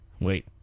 Wait